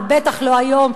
אבל בטח לא היום,